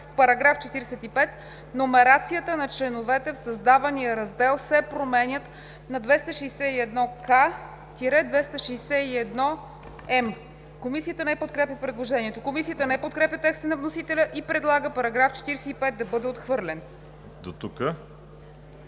„В § 45 номерацията на членовете в създавания раздел се променят на 261к – 261т.“. Комисията не подкрепя предложението. Комисията не подкрепя текста на вносителя и предлага § 45 да бъде отхвърлен.